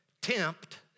tempt